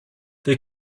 they